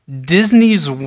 Disney's